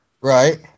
right